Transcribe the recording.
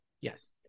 yes